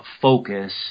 focus